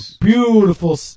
beautiful